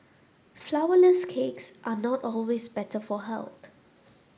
flourless cakes are not always better for health